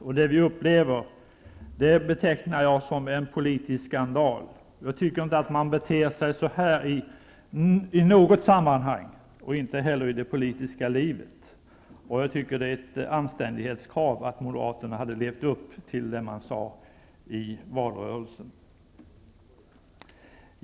Det vi nu upplever betecknar jag som en politisk skandal. Jag tycker inte att man får bete sig så här i något sammanhang -- inte heller i det politiska livet. Jag tycker att det är ett anständighetskrav att Moderaterna hade levt upp till det man sade i valrörelsen.